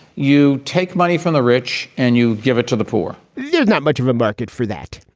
you take money from the rich and you give it to the poor yeah not much of a market for that.